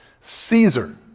Caesar